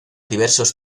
diversos